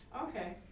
Okay